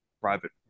private